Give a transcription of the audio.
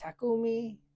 Takumi